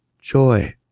Joy